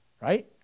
right